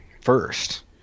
first